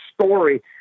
story